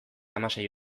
hamasei